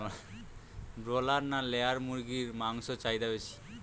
Broiler না layer মুরগির মাংসর চাহিদা বেশি?